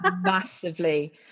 massively